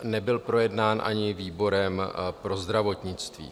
Nebyl projednán ani výborem pro zdravotnictví.